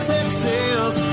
Texas